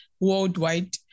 worldwide